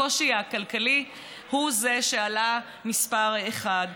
הקושי הכלכלי הוא זה שעלה מספר אחת.